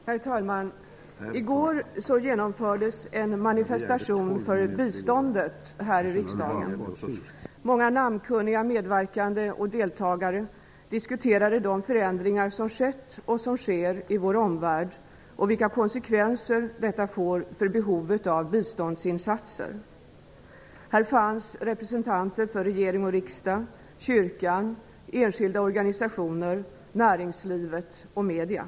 Herr talman! I går genomfördes en manifestation för biståndet här i riksdagen. Många namnkunniga medverkande och deltagare diskuterade de förändringar som skett och som sker i vår omvärld och vilka konsekvenser detta får för behovet av biståndsinsatser. Här fanns representanter för regering och riksdag, kyrkan, enskilda organisationer, näringslivet och medierna.